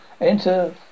enter